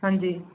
ਹਾਂਜੀ